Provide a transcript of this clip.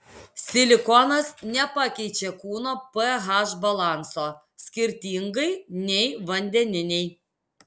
silikonas nepakeičia kūno ph balanso skirtingai nei vandeniniai